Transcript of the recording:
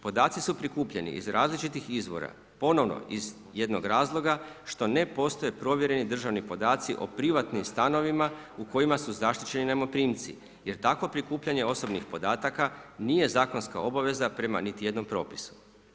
Podaci su prikupljeni iz različitih izvora, ponovno iz jednog razloga što ne postoje provjereni državni podaci o privatnim stanovima u kojima su zaštićeni najmoprimci, jer takvo prikupljanje osobnih podataka nije zakonska obaveza prema niti jednom propisu.